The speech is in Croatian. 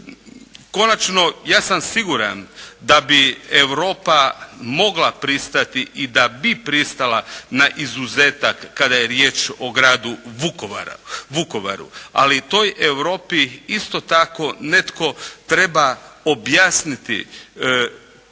Konačno, ja sam siguran da bi Europa mogla pristati i da bi pristala na izuzetak kada je riječ o gradu Vukovaru. Ali toj Europi isto tako netko treba objasniti što